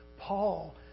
Paul